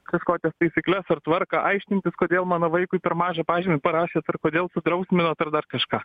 kažkokias taisykles ar tvarką aiškintis kodėl mano vaikui per mažą pažymį parašėt ar kodėl sudrausminot ar dar kažką